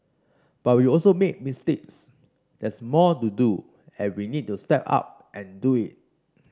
but we also made mistakes there's more to do and we need to step up and do it